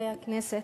חברי הכנסת,